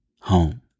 home